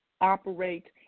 operate